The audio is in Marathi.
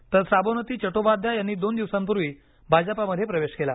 तर स्राबोंनती चट्टोपाध्याय यांनी दोन दिवसांपूर्वी भाजपामध्ये प्रवेश केला